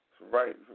Right